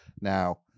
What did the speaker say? Now